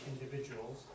individuals